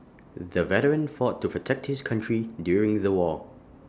the veteran fought to protect his country during the war